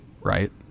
Right